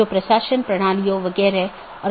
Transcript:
जब ऐसा होता है तो त्रुटि सूचना भेज दी जाती है